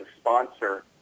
sponsor